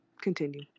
Continue